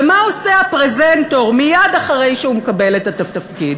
ומה עושה הפרזנטור מייד אחרי שהוא מקבל את התפקיד?